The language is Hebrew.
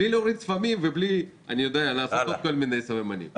בלי להוריד שפמים ובלי לעשות עוד כל מיני סממנים.